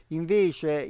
invece